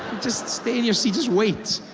just stay in your seat, just wait.